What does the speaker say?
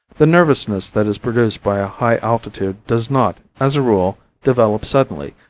the nervousness that is produced by a high altitude does not, as a rule, develop suddenly,